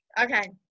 okay